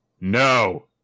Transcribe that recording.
no